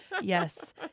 Yes